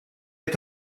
est